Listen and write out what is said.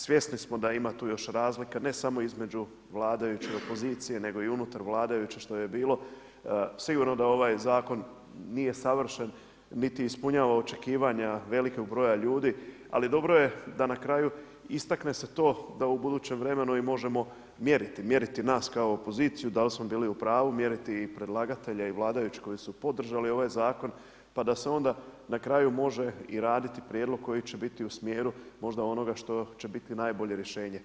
Svjesni smo da ima tu još razlika, ne samo između vladajuće i opozicije, nego i unutar vladajuće, što je i bilo, sigurno da ovaj zakon nije savršen, niti ispunjava očekivanja velikog broja ljudi, ali dobro je da na kraju istakne se to, da u budućem vremenu i možemo mjeriti, mjeriti nas kao opoziciji, da li smo bili u pravu, mjeriti i predlagatelja i vladajuće koji su podržavali ovaj zakon, pa da se onda i na kraju može raditi prijedlog koji će biti u smjeru, možda onoga što će biti najbolje rješenje.